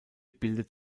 bildet